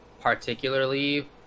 particularly